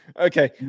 okay